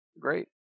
great